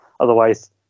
Otherwise